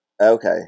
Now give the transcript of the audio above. Okay